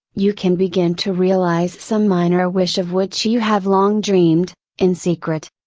you can begin to realize some minor wish of which you have long dreamed, in secret.